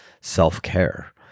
self-care